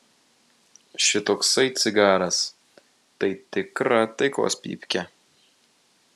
šitoksai cigaras tai tikra taikos pypkė